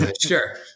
sure